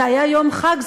זה היה יום חג.